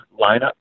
lineup